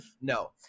no